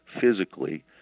physically